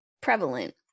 prevalent